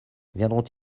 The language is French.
viendront